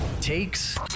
takes